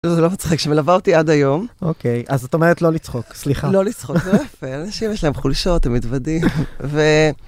זה לא מצחיק, שמלווה אותי עד היום, אוקיי, אז זאת אומרת לא לצחוק. סליחה. לא לצחוק. לא יפה... אנשים יש להם חולשות, הם מתוודים, ו...